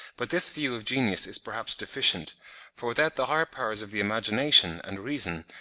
but this view of genius is perhaps deficient for without the higher powers of the imagination and reason,